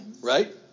right